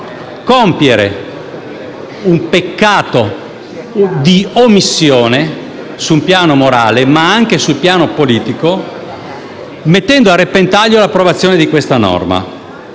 compiere un peccato di omissione - sul piano morale, ma anche sul piano politico - mettendo a repentaglio l'approvazione di questa normativa.